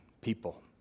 people